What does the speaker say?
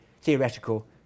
theoretical